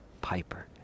Piper